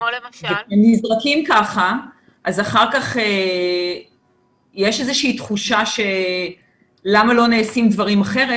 הם נזרקים ככה ואחר כך יש איזה שהיא תחושה של למה לא נעשים דברים אחרת,